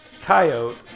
Coyote